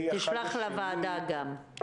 תשלח גם לוועדה.